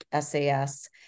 sas